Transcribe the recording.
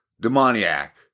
demoniac